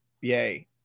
Yay